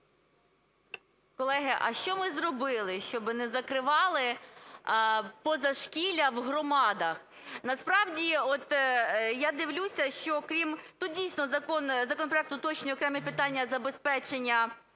Колеги, а що ми зробили, щоб не закривали позашкілля в громадах? Насправді, от я дивлюся, що крім… Тут дійсно законопроект уточнює окремі питання забезпечення